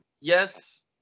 Yes